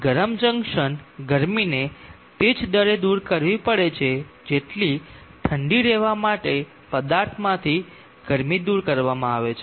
ગરમ જંકશન ગરમીને તે જ દરે દૂર કરવી પડે છે જેટલી ઠંડી રહેવા માટે પદાર્થમાંથી ગરમી દૂર કરવામાં આવે છે